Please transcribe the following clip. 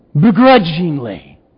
begrudgingly